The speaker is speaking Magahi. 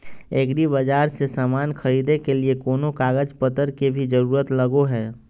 एग्रीबाजार से समान खरीदे के लिए कोनो कागज पतर के भी जरूरत लगो है?